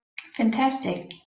fantastic